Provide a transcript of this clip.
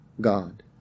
God